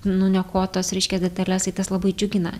nuniokotas ryškias detales ir tas labai džiugina